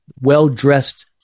well-dressed